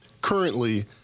Currently